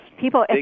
People